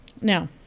Now